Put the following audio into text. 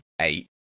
eight